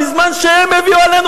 בזמן שהם הביאו עלינו,